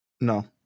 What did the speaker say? No